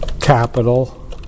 capital